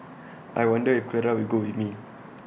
I wonder if Clara will go with me